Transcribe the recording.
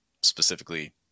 specifically